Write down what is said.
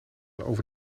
over